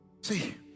See